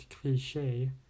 cliche